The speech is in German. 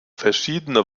verschiedene